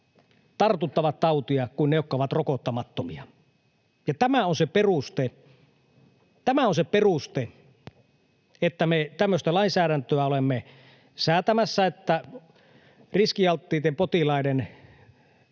tartuttavat tautia kuin ne, jotka ovat rokottamattomia. Ja tämä on se peruste, että me tämmöistä lainsäädäntöä olemme säätämässä, että riskialttiiden potilaiden